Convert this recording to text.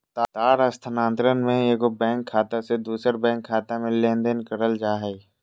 तार स्थानांतरण में एगो बैंक खाते से दूसर बैंक खाते में लेनदेन करल जा हइ